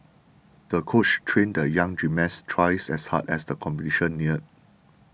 the coach trained the young gymnast twice as hard as the competition neared